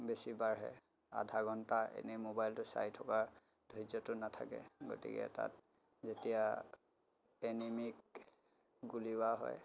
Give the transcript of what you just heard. বেছি বাঢ়ে আধা ঘণ্টা এনেই মোবাইলটো চাই থকা ধৈৰ্যটো নাথাকে গতিকে তাত যেতিয়া এনিমিক গুলীওৱা হয়